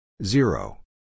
Zero